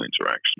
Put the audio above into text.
interaction